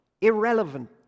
irrelevant